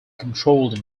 controlled